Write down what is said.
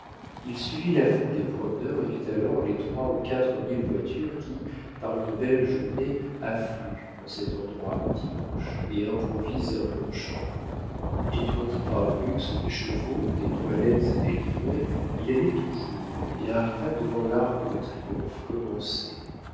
il suivit la foule des promeneurs et vit alors les trois ou quatre mille voitures qui par une belle journée affluent en cet endroit le dimanche et improvisent un longchamp étourdi par le luxe des chevaux des toilettes et des livrées il allait toujours et arriva devant larc de triomphe